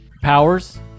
Powers